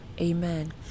Amen